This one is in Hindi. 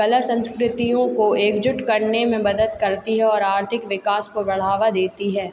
कला संस्कृतियों को एकजुट करने में मदद करती है और आर्थिक विकास को बढ़ावा देती है